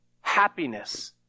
happiness